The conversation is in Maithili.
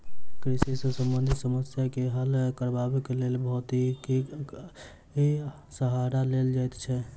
कृषि सॅ संबंधित समस्या के हल करबाक लेल भौतिकीक सहारा लेल जाइत छै